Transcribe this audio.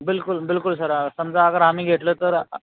बिलकुल बिलकुल सर समजा अगर आम्ही घेतलं तर